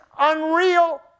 unreal